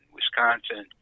Wisconsin